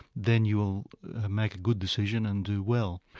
then you'll make a good decision and do well.